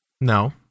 no